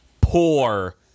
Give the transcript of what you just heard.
Poor